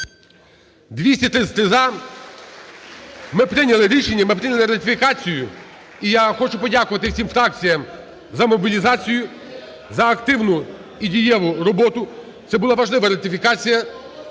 12:03:50 За-233 Ми прийняли рішення. Ми прийняли ратифікацію. І я хочу подякувати всім фракціям з мобілізацію, за активну і дієву роботу. Це була важлива ратифікація,